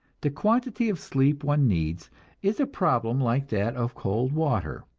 the quantity of sleep one needs is a problem like that of cold water